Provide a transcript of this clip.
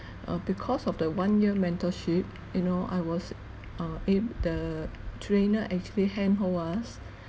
uh because of the one year mentorship you know I was uh eh the trainer actually handhold us